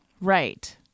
right